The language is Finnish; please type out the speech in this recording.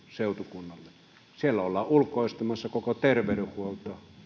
seutukunnalle siellä ollaan ulkoistamassa koko terveydenhuolto